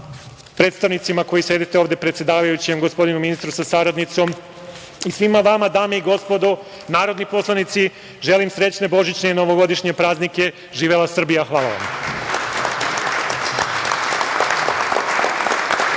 predstavnicima koji sedite ovde, predsedavajućem, gospodinu ministru sa saradnicom i svima vama, dame i gospodo narodni poslanici, želim srećne božićne i novogodišnje praznike. Živela Srbija! Hvala vam.